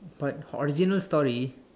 what original story